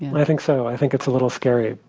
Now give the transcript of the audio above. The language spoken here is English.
i think so. i think it's a little scary,